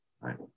right